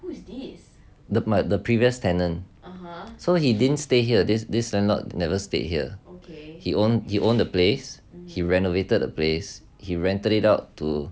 the previous tenant so he didn't stay here this this landlord never stayed here he owned he owned the place he renovated the place he rented it out to